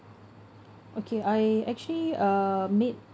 okay I actually uh made